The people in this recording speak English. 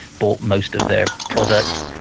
bought most of their products,